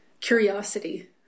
curiosity